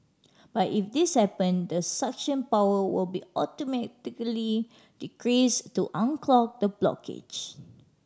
but if this happen the suction power will be automatically increase to unclog the blockage